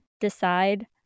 decide